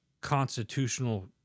Constitutional